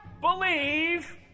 believe